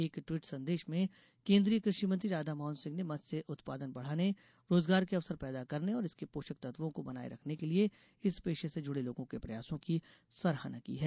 एक ट्वीट संदेश में केन्द्रीय कृषि मंत्री राधा मोहन सिंह ने मत्स्य उत्पादन बढ़ाने रोजगार के अवसर पैदा करने और इसके पोषक तत्वों को बनाये रखने के लिए इस पेशे से जुड़े लोगों के प्रयासों की सराहना की है